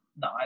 no